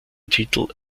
titel